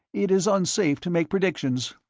it is unsafe to make predictions.